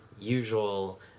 usual